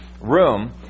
room